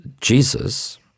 Jesus